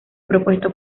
propuesto